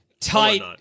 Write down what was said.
tight